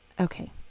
okay